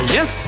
Yes